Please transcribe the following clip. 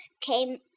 came